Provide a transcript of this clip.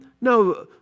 no